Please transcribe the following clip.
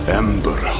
ember